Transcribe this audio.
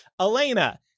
elena